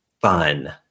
fun